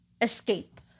escape